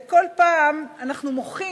וכל פעם אנחנו מוחים,